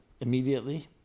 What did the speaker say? immediately